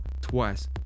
Twice